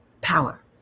power